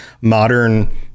modern